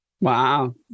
Wow